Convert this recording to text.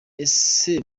ese